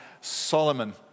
Solomon